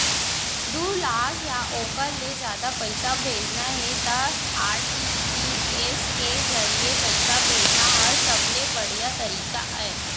दू लाख या ओकर ले जादा पइसा भेजना हे त आर.टी.जी.एस के जरिए पइसा भेजना हर सबले बड़िहा तरीका अय